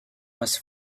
was